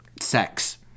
sex